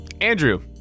Andrew